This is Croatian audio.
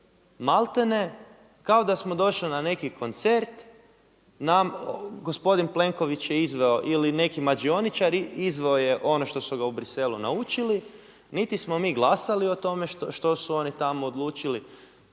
maltene kao da smo došli na neki koncert, gospodin Plenković je izveo ili neki mađioničari, izveo je ono što su ga u Briselu naučili, niti smo mi glasali o tome što su oni tamo odlučili,